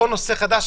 כל נושא חדש,